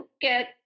get